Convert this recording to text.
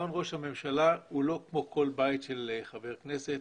מעון ראש הממשלה הוא לא כמו כל בית של חבר כנסת.